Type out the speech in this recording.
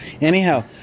Anyhow